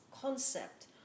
concept